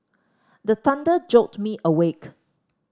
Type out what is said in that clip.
the thunder jolt me awake